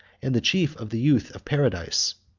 and the chief of the youth of paradise.